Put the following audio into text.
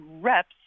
reps